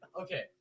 Okay